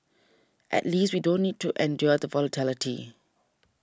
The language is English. at least we don't need to endure the volatility